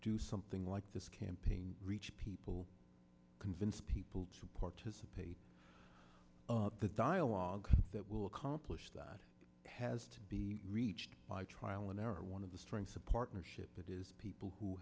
do something like this campaign reach people convince people to participate the dialogue that will accomplish that has to be reached by trial and error one of the strengths of partnership that is people who